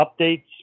updates